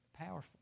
Powerful